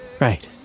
Right